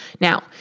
Now